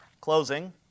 Closing